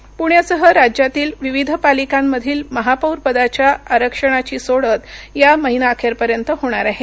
पृण्यासह राज्यातील विविध पालिकांमधील महापौरपदाच्या आरक्षणाची सोडत या महिना अखेर पर्यंत होणार आहे